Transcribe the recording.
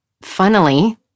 funnily